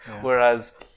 whereas